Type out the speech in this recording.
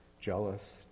Jealous